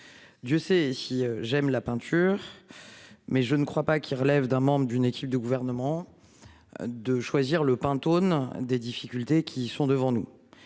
Dieu sait si j'aime la peinture. Mais je ne crois pas qu'il relève d'un membre d'une équipe du gouvernement. De choisir le Pantone. Des difficultés qui sont devant nous